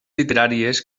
literàries